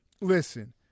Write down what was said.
Listen